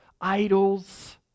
idols